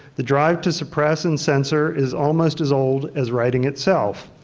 the drive to suppress and censor is almost as old as writing itself.